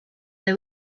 they